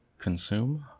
consume